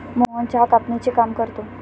मोहन चहा कापणीचे काम करतो